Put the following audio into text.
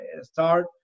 start